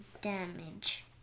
damage